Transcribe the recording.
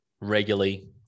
regularly